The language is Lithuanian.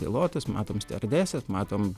pilotus matom stiuardeses matom